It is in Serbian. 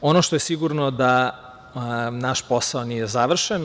Ono što je sigurno jeste da naš posao nije završen.